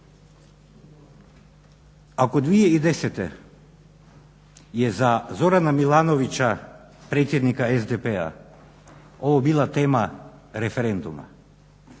Ako 2010. je za Zorana Milanovića, predsjednika SDP-a ovo bila tema referenduma